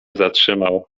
zatrzymał